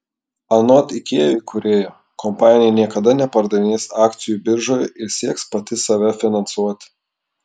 anot ikea įkūrėjo kompanija niekada nepardavinės akcijų biržoje ir sieks pati save finansuoti